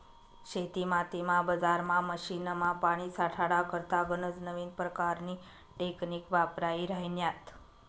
शेतीमातीमा, बजारमा, मशीनमा, पानी साठाडा करता गनज नवीन परकारनी टेकनीक वापरायी राह्यन्यात